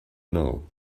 now